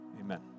Amen